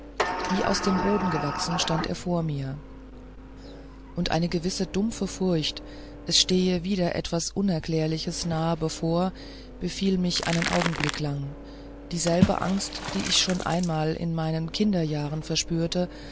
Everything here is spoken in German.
wie aus dem boden gewachsen stand er vor mir und eine gewisse dumpfe furcht es stehe wieder etwas unerklärliches nahe bevor befiel mich einen augenblick lang dieselbe angst die ich schon einmal in meinen kinderjahren verspürt